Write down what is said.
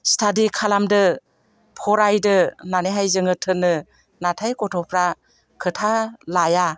study खालामदो फरायदो होननानैहाय जोङो थोनो नाथाय गथ'फ्रा खोथा लाया